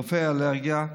רופאי האלרגיה,